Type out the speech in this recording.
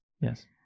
Yes